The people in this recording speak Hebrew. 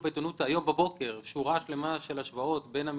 היום בבוקר הייתה שורה שלמה של השוואות בין המתחרים.